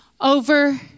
over